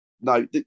No